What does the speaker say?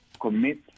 commit